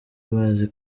bazi